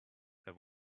there